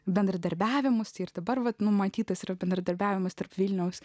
bendradarbiavimas ir dabar vat numatytas ir bendradarbiavimas tarp vilniaus